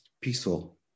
peaceful